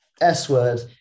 S-word